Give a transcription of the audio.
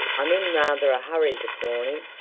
i'm in rather a hurry this morning.